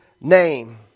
name